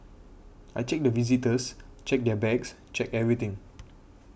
I check the visitors check their bags check everything